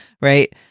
right